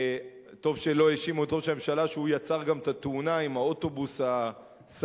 טוב שלא האשימו את ראש הממשלה שהוא יצר גם את התאונה עם האוטובוס השרוף.